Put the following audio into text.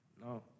No